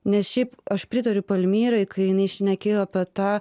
nes šiaip aš pritariu palmyrai kai jinai šnekėjo apie tą